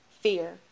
fear